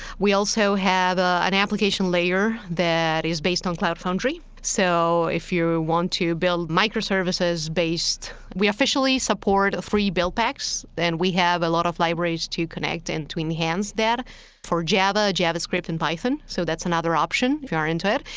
we also have ah an application layer that is based on cloud foundry. so if you want to build microservices based, we officially support free build packs. and we have a lot of libraries to connect and to enhance that for java, javascript, and python. so that's another option if you are into it.